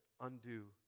undo